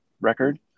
record